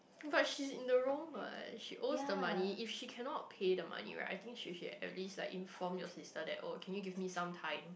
but she's in the wrong what she owes the money if she cannot pay the money right I think she should at least like inform your sister that oh can you give me some time